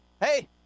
hey